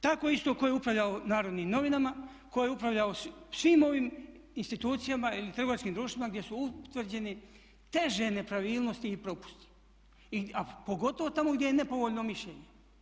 Tako isto tko je upravljao Narodnim novinama, tko je upravljao svim ovim institucijama ili trgovačkim društvima gdje su utvrđene teže nepravilnosti ili propusti a pogotovo tamo gdje je nepovoljno mišljenje.